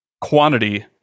quantity